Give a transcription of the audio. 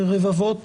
רבבות,